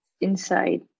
inside